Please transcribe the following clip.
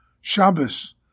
Shabbos